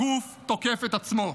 הגוף תוקף את עצמו.